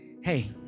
Hey